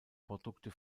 produkte